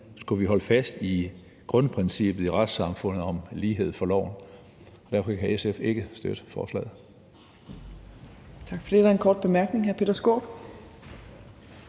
skulle vi ikke holde fast i grundprincippet i retssamfundet om lighed for loven. Derfor kan SF ikke støtte forslaget.